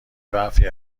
برفی